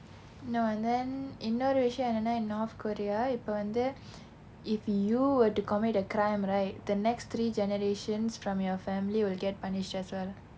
no and then இன்னொரு விஷயம் என்னன்னா:innoru vishayam enannaa in north korea இப்போ வந்து:ippo vanthu if you were to commit a crime right the next three generations from your family will get punished as well